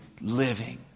living